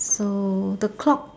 so the clock